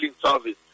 service